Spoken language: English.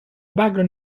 background